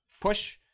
push